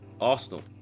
Arsenal